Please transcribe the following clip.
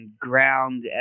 ground